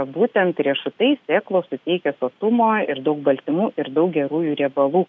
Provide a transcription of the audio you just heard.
būtent riešutai sėklos suteikia sotumo ir daug baltymų ir daug gerųjų riebalų